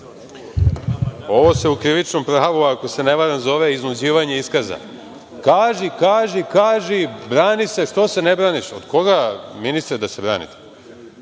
Ovo se u krivičnom pravu, ako se ne varam, zove iznuđivanje iskaza. Kaži, kaži, kaži, brani se, što se ne braniš. Od koga ministre da se branite?